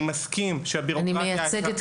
אני מסכים שהביורוקרטיה,